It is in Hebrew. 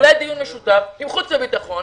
אולי דיון משותף עם חוץ וביטחון.